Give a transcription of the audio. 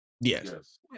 Yes